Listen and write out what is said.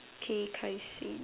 okay I see